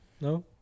No